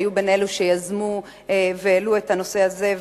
שהיו מיוזמי החוק והעלו את הנושא הזה.